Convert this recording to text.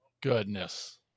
goodness